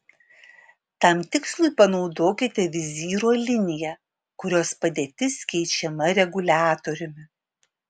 tam tikslui panaudokite vizyro liniją kurios padėtis keičiama reguliatoriumi